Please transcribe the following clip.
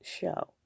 show